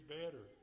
better